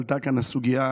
עלתה כאן הסוגיה,